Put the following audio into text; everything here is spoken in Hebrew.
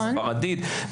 בספרדית.